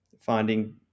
finding